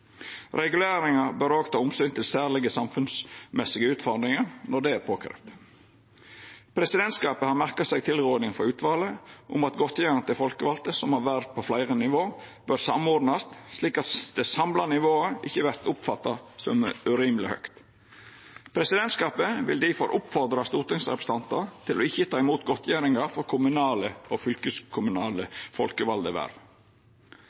Reguleringa bør ta omsyn til særlege samfunnsmessige utfordringar når det er påkravd. Presidentskapet har merka seg tilrådinga frå utvalet om at godtgjeringar til folkevalde som har verv på fleire nivå, bør samordnast, slik at det samla nivået ikkje vert oppfatta som urimeleg høgt. Presidentskapet vil difor oppfordra stortingsrepresentantar til ikkje å ta imot godtgjeringar for kommunale og